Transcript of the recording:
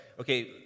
okay